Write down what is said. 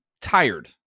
tired